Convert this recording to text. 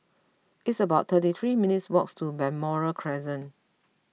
it's about thirty three minutes' walk to Balmoral Crescent